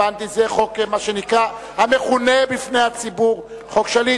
המכונה בציבור "חוק שליט".